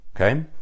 okay